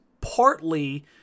partly